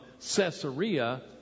Caesarea